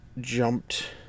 jumped